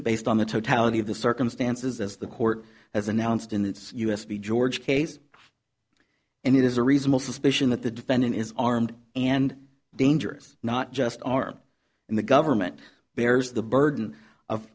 based on the totality of the circumstances as the court has announced in its u s b george case and it is a reasonable suspicion that the defendant is armed and dangerous not just armed and the government bears the burden of